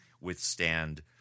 withstand